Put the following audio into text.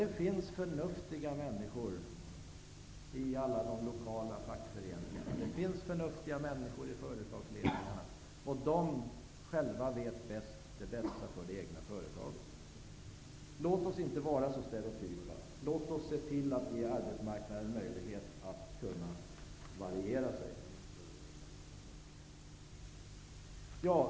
Det finns förnuftiga människor i alla de lokala fackföreningarna. Det finns förnuftiga människor i företagsledningarna. De vet själva vad som är bäst för det egna företaget. Låt oss inte vara så stereotypa. Låt oss se till att ge arbetsmarknaden möjlighet att kunna variera sig.